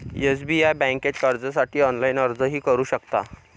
SBI बँकेत कर्जासाठी online अर्जही करू शकता